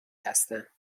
هستم